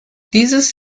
dieses